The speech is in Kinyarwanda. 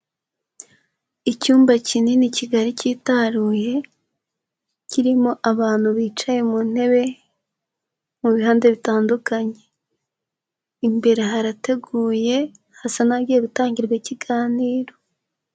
Icyumba kinini kigari cyitaruye, kirimo abantu bicaye mu ntebe mu bihande bitandukanye. Imbere harateguye, hasa n'ahagiye gutangirwa ikiganiro.